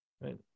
Right